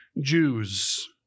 Jews